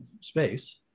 space